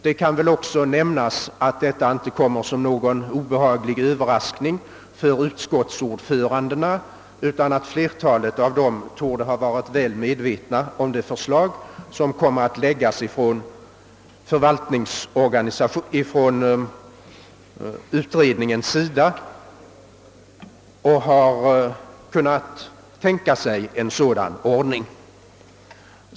Det kanske kan nämnas att detta förslag inte kommer såsom någon obehaglig överraskning för utskottsordförandena. Flertalet av dessa har varit medvetna om det förslag som skulle komma att läggas från utredningens sida, och de har kunnat tänka sig en sådan ordning.